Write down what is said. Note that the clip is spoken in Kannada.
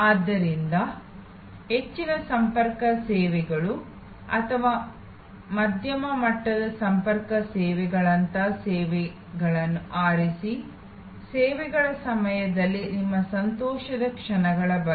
ಆದ್ದರಿಂದ ಹೆಚ್ಚಿನ ಸಂಪರ್ಕ ಸೇವೆಗಳು ಅಥವಾ ಮಧ್ಯಮ ಮಟ್ಟದ ಸಂಪರ್ಕ ಸೇವೆಗಳಂತಹ ಸೇವೆಗಳನ್ನು ಆರಿಸಿ ಸೇವೆಗಳ ಸಮಯದಲ್ಲಿ ನಿಮ್ಮ ಸಂತೋಷದ ಕ್ಷಣಗಳ ಬಗ್ಗೆ